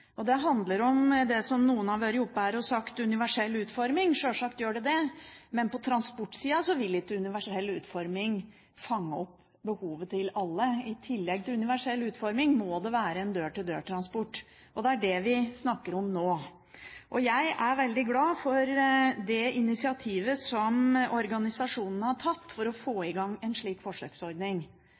Det handler om, som noen har vært oppe her og sagt, universell utforming. Sjølsagt gjør det det. Men på transportsiden vil ikke universell utforming fange opp behovet til alle. I tillegg til universell utforming må det være en dør-til-dør-transport. Det er det vi snakker om nå. Jeg er veldig glad for det initiativet som organisasjonene har tatt for å få i gang en slik forsøksordning.